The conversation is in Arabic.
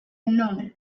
النوم